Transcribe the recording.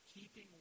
keeping